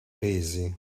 hazy